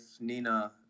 Nina